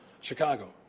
chicago